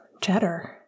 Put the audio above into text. cheddar